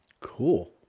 Cool